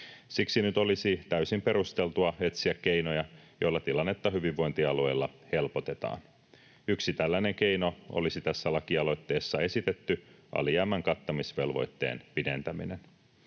Siksi nyt olisi täysin perusteltua etsiä keinoja, joilla tilannetta hyvinvointialueilla helpotetaan. Yksi tällainen keino olisi tässä lakialoitteessa esitetty alijäämän kattamisvelvoitteen pidentäminen.